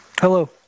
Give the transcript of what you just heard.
Hello